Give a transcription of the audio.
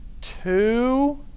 two